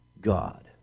God